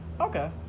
Okay